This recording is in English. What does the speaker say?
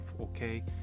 okay